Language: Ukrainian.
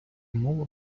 мова